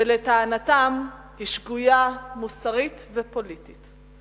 ולטענתם היא שגויה מוסרית ופוליטית.